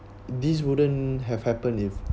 this wouldn't have happened if